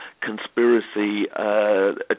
conspiracy